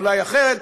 אולי אחרת,